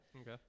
okay